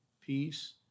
peace